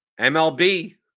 MLB